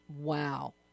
Wow